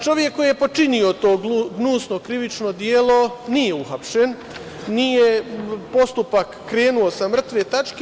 Čovek koji je počinio to gnusno krivično delo nije uhapšen, nije postupak krenuo sa mrtve tačke.